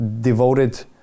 devoted